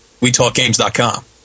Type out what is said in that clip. WeTalkGames.com